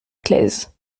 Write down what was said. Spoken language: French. claise